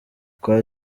kuva